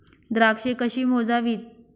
द्राक्षे कशी मोजावीत?